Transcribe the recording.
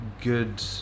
good